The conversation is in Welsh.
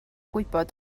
gwybod